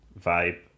vibe